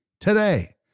today